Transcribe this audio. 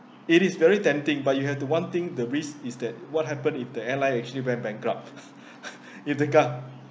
it is very tempting but you have to one thing the risk is that what happens if the airline actually went bankrupt if the gov~